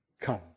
come